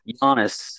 Giannis